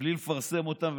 בלי לפרסם אותם,